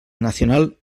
nacional